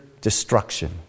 destruction